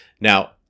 Now